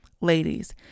Ladies